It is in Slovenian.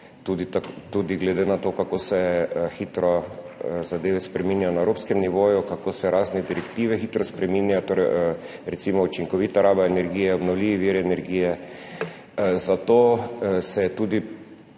tudi glede na to, kako hitro se zadeve spreminjajo na evropskem nivoju, kako se razne direktive hitro spreminjajo, recimo učinkovita raba energije, obnovljivi viri energije. Zato se je tudi